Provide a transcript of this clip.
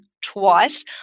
twice